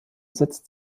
setzt